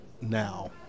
now